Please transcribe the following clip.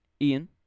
Ian